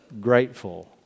grateful